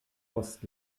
post